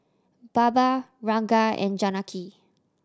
Baba Ranga and Janaki